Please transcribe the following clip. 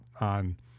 on